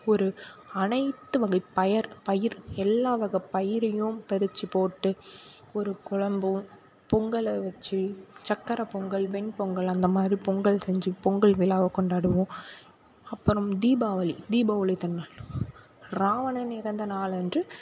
ஒரு அனைத்து வகை பயர் பயிர் எல்லாவகை பயிரையும் பறிச்சு போட்டு ஒரு குழம்பும் பொங்கலை வச்சு சர்க்கரப் பொங்கல் வெண்பொங்கல் அந்த மாதிரி பொங்கல் செஞ்சு பொங்கல் விழாவை கொண்டாடுவோம் அப்புறம் தீபாவளி தீப ஒளி திருநாள் ராவணன் இறந்த நாளன்று